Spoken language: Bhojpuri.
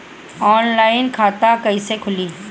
ऑनलाइन खाता कईसे खुलि?